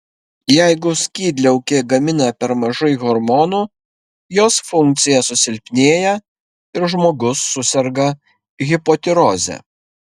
jeigu skydliaukė gamina per mažai hormonų jos funkcija susilpnėja ir žmogus suserga hipotiroze